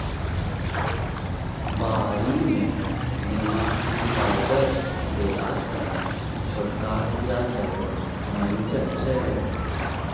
बारी मे नेमाटीसाइडस देला सँ छोटका कीड़ा सब मरि जाइ छै